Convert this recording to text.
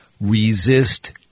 resist